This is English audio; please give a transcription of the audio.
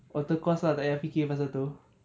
alter course lah tak payah fikir pasal tu